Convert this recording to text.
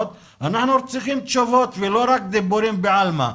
ואנחנו צריכים תשובות ולא רק דיבורים בעלמא.